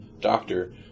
doctor